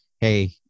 Hey